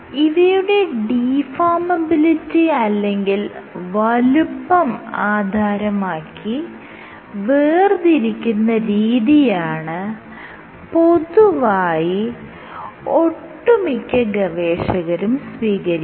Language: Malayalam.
ഇവയുടെ ഡിഫോർമബിലിറ്റി അല്ലെങ്കിൽ വലുപ്പം ആധാരമാക്കി വേർതിരിക്കുന്ന രീതിയാണ് പൊതുവായി ഒട്ടുമിക്ക ഗവേഷകരും സ്വീകരിക്കുന്നത്